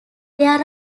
there